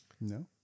No